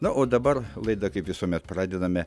na o dabar laidą kaip visuomet pradedame